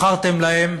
מכרתם להם,